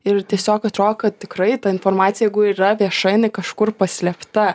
ir tiesiog atrodo kad tikrai ta informacija jeigu ir yra vieša jinai kažkur paslėpta